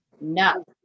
No